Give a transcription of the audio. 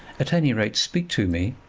at any rate speak to me,